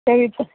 പൈസ